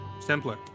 simpler